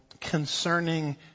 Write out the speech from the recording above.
concerning